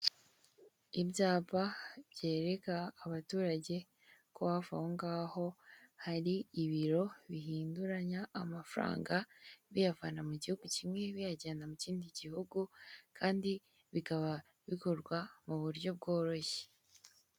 Ibyapa byerereka abaturage ko hafi aho ngaho hari ibiro bihinduranya amafaranga, biyavana mu gihugu kimwe biyajyana mu kindi gihugu kandi bikaba bikorwa mu buryo bworoshye.